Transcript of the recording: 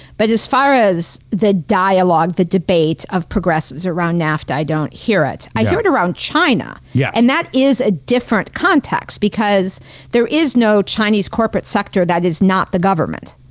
but as far as the dialogue, the debate of progressives around nafta, i don't hear it. i heard around china. yeah and that is a different context because there is no chinese corporate sector that is not the government.